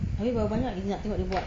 abeh berapa banyak kita nak tengok dia buat